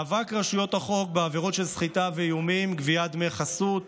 מאבק רשויות החוק בעבירות של סחיטה ואיומים וגביית דמי חסות,